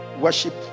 worship